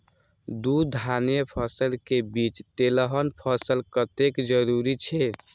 दू धान्य फसल के बीच तेलहन फसल कतेक जरूरी छे?